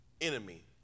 enemy